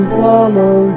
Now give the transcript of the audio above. follow